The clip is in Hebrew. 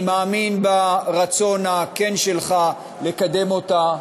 אני מאמין ברצון הכן שלך לקדם אותה.